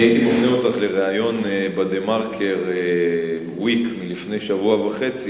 הייתי מפנה אותך לריאיון ב"דה-מרקר ויק" מלפני שבוע וחצי,